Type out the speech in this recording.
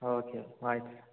okay bye sir